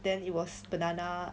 then it was banana